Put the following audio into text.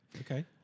Okay